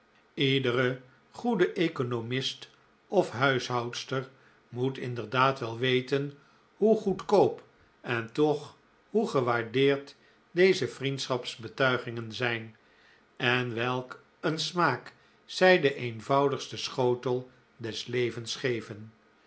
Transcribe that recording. iedere goede economist of huishoudster moet inderdaad wel weten hoe goedkoop en toch hoe gewaardeerd deze vriendschapsbetuigingen zijn en welk een smaak zij den eenvoudigsten schotel des levens geven